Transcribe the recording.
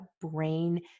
brain